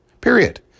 period